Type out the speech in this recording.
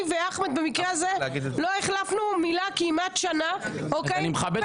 אני ואחמד לא החלפנו מילה כמעט שנה -- אני מכבד אותך על זה.